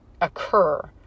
occur